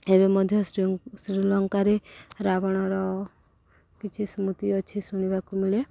ଏବେ ମଧ୍ୟ ଶ୍ରୀ ଶ୍ରୀଲଙ୍କାରେ ରାବଣର କିଛି ସ୍ମୃତି ଅଛି ଶୁଣିବାକୁ ମିଳେ